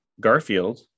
Garfield